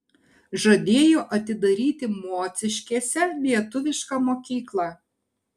žadėjo atidaryti mociškėse lietuvišką mokyklą